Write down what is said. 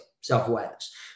self-awareness